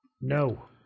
no